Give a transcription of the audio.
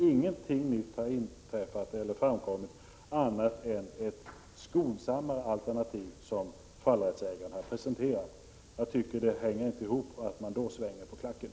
Ingenting nytt har inträffat eller framkommit annat än ett skonsammare alternativ, som fallrättsägarna har presenterat. Jag tycker inte att det går ihop att då svänga på klacken.